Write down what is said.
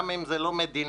גם אם זה לא מדינתי,